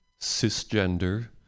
cisgender